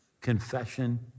confession